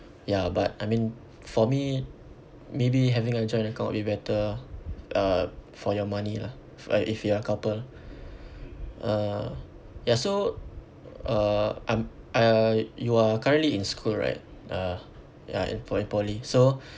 ya but I mean for me maybe having a joint account would be better ah uh for your money lah for if you are a couple uh ya so uh I'm uh you are currently in school right uh ya in po~ in poly so